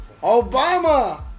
Obama